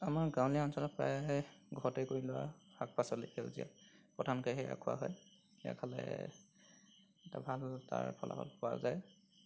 আমাৰ গাঁৱলীয়া অঞ্চলত প্ৰায় ঘৰতে কৰি লোৱা শাক পাচলি সেউজীয়া প্ৰধানকৈ সেয়া খোৱা হয় সেয়া খালে এটা ভাল তাৰ ফলাফল পোৱা যায়